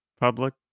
Public